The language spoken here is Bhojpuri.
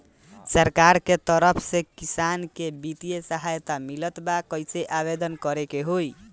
सरकार के तरफ से किसान के बितिय सहायता मिलत बा कइसे आवेदन करे के होई?